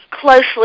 closely